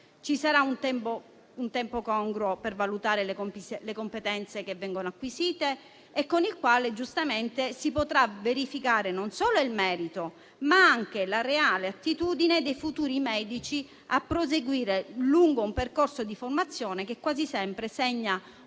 Ci sarà un tempo congruo per valutare le competenze che vengono acquisite e si potrà verificare non solo il merito, ma anche la reale attitudine dei futuri medici a proseguire lungo un percorso di formazione che quasi sempre segna